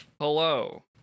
Hello